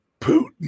Putin